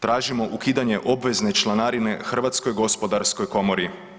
Tražimo ukidanje obvezne članarine Hrvatskoj gospodarskoj komori.